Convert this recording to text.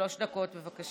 שלוש דקות, בבקשה.